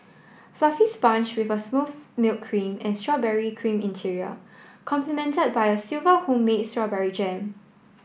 fluffy sponge with a smooth milk cream and strawberry cream interior complement by a silver of homemade strawberry jam